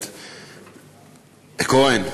כהן,